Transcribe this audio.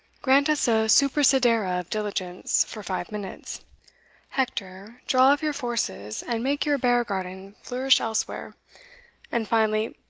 grant us a supersedere of diligence for five minutes hector, draw off your forces, and make your bear-garden flourish elsewhere and, finally,